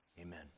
Amen